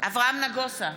אברהם נגוסה,